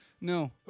No